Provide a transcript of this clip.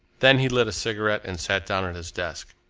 then he lit a cigarette and sat down at his desk.